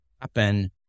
happen